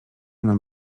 nam